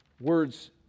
Words